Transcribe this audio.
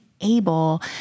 able